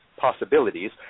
possibilities